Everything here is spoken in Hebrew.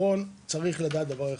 צריך לדעת דבר אחד,